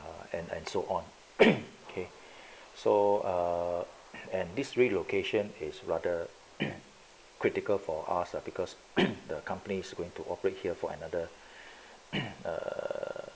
and and so on okay so err and this relocation is rather critical for us lah because the companies going to operate here for another err